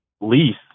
lease